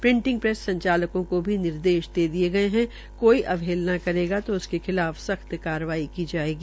printing press संचालकों को भी निर्देश दे दिया ये है कोई अवहेलना करेगा तो उसके खिलाफ सख्त कार्रवाई होगी